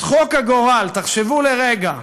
צחוק הגורל, תחשבו לרגע,